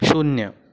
शून्य